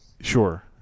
sure